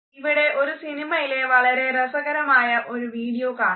ഇവിടെ ഒരു സിനിമയിലെ വളരെ രസകരമായ ഒരു വീഡിയോ കാണാം